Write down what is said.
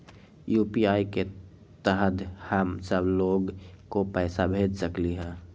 UPI के तहद हम सब लोग को पैसा भेज सकली ह?